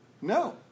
No